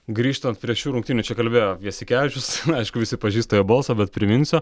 grįžtant prie šių rungtynių čia kalbėjo jasikevičius aišku visi pažįsta jo balsą bet priminsiu